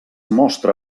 mostra